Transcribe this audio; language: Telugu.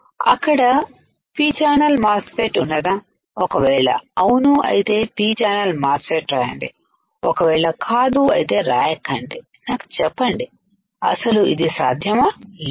అక్కడ పి ఛానల్ మాస్ ఫెట్ ఉన్నదా ఒకవేళ అవును అయితేP ఛానల్ మాస్ ఫెట్ రాయండి ఒకవేళ కాదు అయితే రాయకండి నాకు చెప్పండి అసలు ఇది సాధ్యమా లేదా